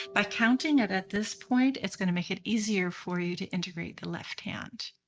by counting it at this point it's going to make it easier for you to integrate the left hand.